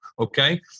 okay